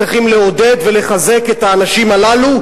צריכים לעודד ולחזק את האנשים הללו,